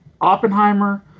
Oppenheimer